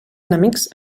enemics